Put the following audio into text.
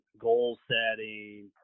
goal-setting